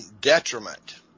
detriment